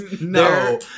no